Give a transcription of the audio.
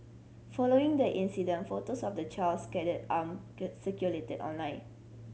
following the incident photos of the child's scalded arm circulated online